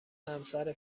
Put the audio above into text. همسر